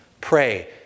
Pray